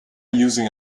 using